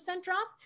drop